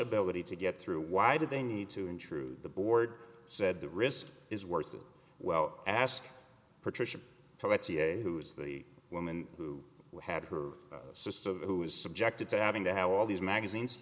ability to get through why do they need to intrude the board said the risk is worth it well ask patricia who is the woman who had her sister who is subjected to having to have all these magazines